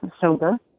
sober